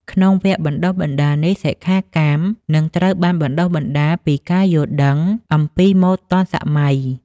ក្នុងវគ្គបណ្តុះបណ្តាលនេះ សិក្ខាកាមនឹងត្រូវបានបណ្តុះបណ្តាលពី ការយល់ដឹងអំពីម៉ូដទាន់សម័យ។